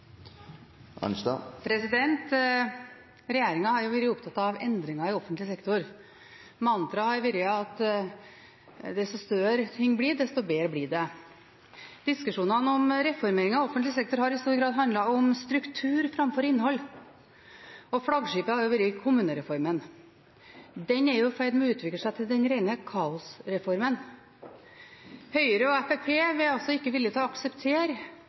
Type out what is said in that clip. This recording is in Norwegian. har vært opptatt av endringer i offentlig sektor. Mantraet har vært at jo større ting blir, desto bedre blir det. Diskusjonene om reformering av offentlig sektor har i stor grad handlet om struktur framfor innhold, og flaggskipet har vært kommunereformen. Den er i ferd med å utvikle seg til den rene kaosreformen. Høyre og Fremskrittspartiet er ikke villig til å akseptere